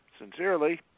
sincerely